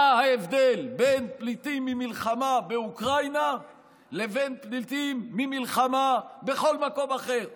מה ההבדל בין פליטים ממלחמה באוקראינה לבין פליטים ממלחמה בכל מקום אחר?